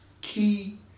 key